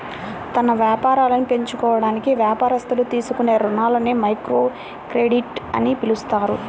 తమ వ్యాపారాలను పెంచుకోవడానికి వ్యాపారస్తులు తీసుకునే రుణాలని మైక్రోక్రెడిట్ అని పిలుస్తారు